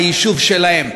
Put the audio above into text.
היישוב שלהם.